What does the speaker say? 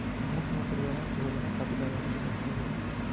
मुख्यमंत्री आवास योजना खातिर आवेदन कब से होई?